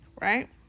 right